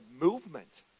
movement